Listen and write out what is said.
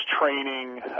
training